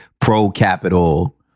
pro-capital